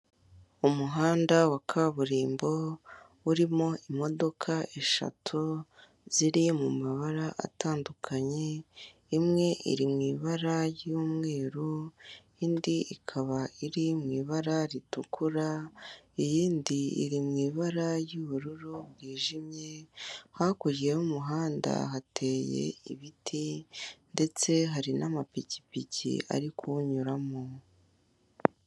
Umuhanda wa kaburimbo urimo imodoka eshatu ziri mu mabara atandukanye imwe iri mui ibara ry'umweru indi ikaba iri mu ibara ritukura iyindi iri mu ibara ry'ubururu bwijimye hakurya y'umuhanda hateye ibiti ndetse hari n'amapikipiki ari kuwunyuramo .